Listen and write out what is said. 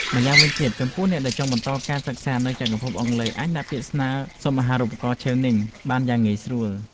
ម្យ៉ាងវិញទៀត ចំពោះអ្នកដែលចង់បន្តការសិក្សានៅចក្រភពអង់គ្លេសអាចដាក់ពាក្យស្នើសុំអាហារូបករណ៍ឆេវនីង (Chevening) បានយ៉ាងងាយស្រួល។